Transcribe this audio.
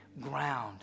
ground